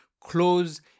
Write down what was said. Close